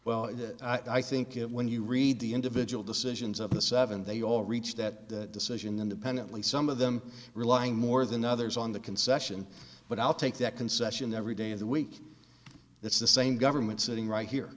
well i think it when you read the individual decisions of the seven they all reached that decision independently some of them relying more than others on the concession but i'll take that concession every day of the week it's the same government sitting right here